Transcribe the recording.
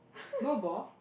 no ball